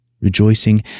rejoicing